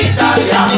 Italia